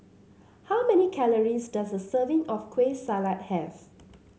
how many calories does a serving of Kueh Salat have